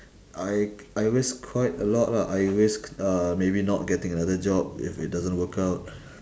I I risk quite a lot lah I risk uh maybe not getting another job if it doesn't work out